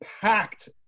packed